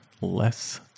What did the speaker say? less